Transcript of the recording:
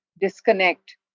disconnect